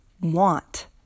want